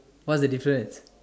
what's the difference